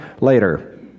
later